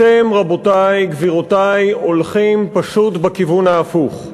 אתם, רבותי, גבירותי, הולכים פשוט בכיוון ההפוך.